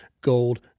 Gold